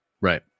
Right